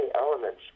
elements